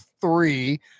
three